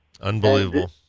Unbelievable